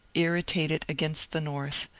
irritate it against the north,